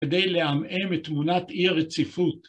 ‫כדי לעמעם את תמונת אי הרציפות.